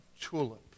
TULIP